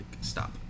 stop